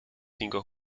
cinco